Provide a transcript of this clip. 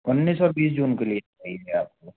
उन्नीस और बीस जून के लिए चाहिए आपको